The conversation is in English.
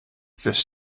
this